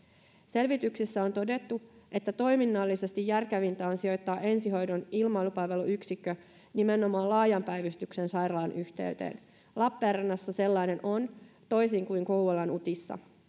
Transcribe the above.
selvityksissä on todettu että toiminnallisesti järkevintä on sijoittaa ensihoidon ilmailupalveluyksikkö nimenomaan laajan päivystyksen sairaalan yhteyteen lappeenrannassa sellainen on toisin kuin kouvolan utissa